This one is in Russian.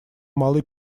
малой